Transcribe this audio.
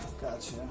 Gotcha